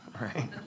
Right